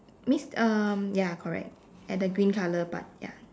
means um ya correct at the green color part ya